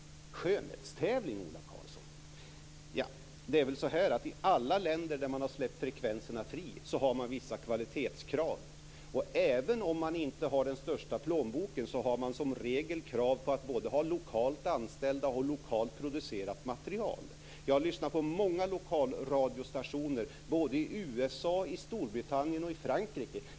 Ola Karlsson talar om skönhetstävling. I alla länder där man har släppt fri frekvenserna har man vissa kvalitetskrav. Även om man inte har den största plånboken har man som regel krav på att ha både lokalt anställda och lokalt producerat material. Jag har lyssnat på många lokalradiostationer i USA, i Storbritannien och i Frankrike.